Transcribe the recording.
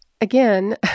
again